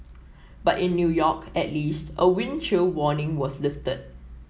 but in New York at least a wind chill warning was lifted